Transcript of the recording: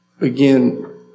again